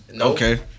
Okay